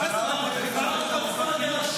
שר משטרה דה לה שמאטע.